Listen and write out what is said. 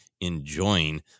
enjoying